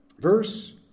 Verse